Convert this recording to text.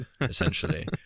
essentially